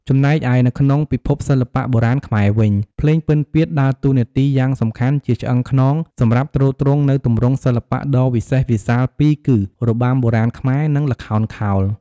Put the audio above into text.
ចំណែកឯនៅក្នុងពិភពសិល្បៈបុរាណខ្មែរវិញ ភ្លេងពិណពាទ្យ ដើរតួនាទីយ៉ាងសំខាន់ជាឆ្អឹងខ្នងសម្រាប់ទ្រទ្រង់នូវទម្រង់សិល្បៈដ៏វិសេសវិសាលពីរគឺ របាំបុរាណខ្មែរ និង ល្ខោនខោល។